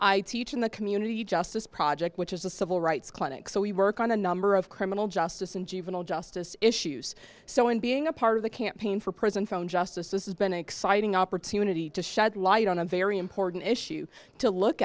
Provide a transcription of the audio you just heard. i teach in the community justice project which is a civil rights clinic so we work on a number of criminal justice and juvenile justice issues so in being a part of the campaign for prison phone justice this is been an exciting opportunity to shed light on a very important issue to look